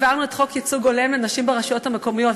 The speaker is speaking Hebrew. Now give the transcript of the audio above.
העברנו את חוק ייצוג הולם לנשים ברשויות המקומיות.